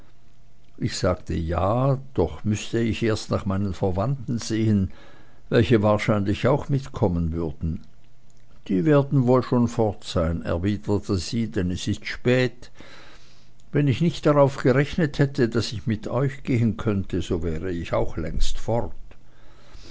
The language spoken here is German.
ich sagte ja doch müßte ich erst nach meinen verwandten sehen welche wahrscheinlich auch mitkommen würden die werden wohl schon fort sein erwiderte sie denn es ist spät wenn ich nicht darauf gerechnet hätte daß ich mit euch gehen könnte so wäre ich auch längst fort